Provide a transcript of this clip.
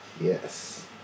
Yes